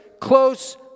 close